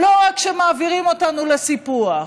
שלא רק מעבירים אותנו לסיפוח,